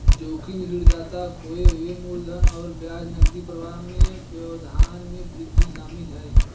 जोखिम ऋणदाता खोए हुए मूलधन और ब्याज नकदी प्रवाह में व्यवधान में वृद्धि शामिल है